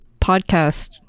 podcast